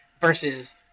versus